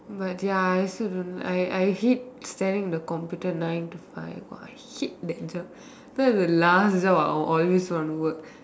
but ya I also don't I I hate staring at the computer nine to five !wah! I hate that job that will be the last job that I will always want to work